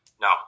No